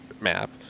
map